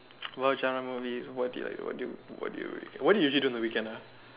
watch movies what do you like what do you what do you usually do on the weekend ah